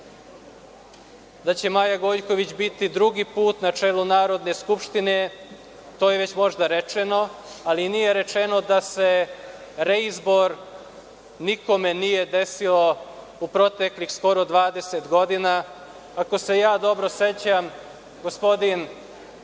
da će Maja Gojković biti drugi put na čelu Narodne skupštine, to je već možda rečeno, ali nije rečeno da se reizbor nikome nije desio u proteklih skoro 20 godina. Ako se ja dobro sećam, gospodin